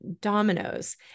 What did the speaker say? dominoes